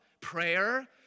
prayer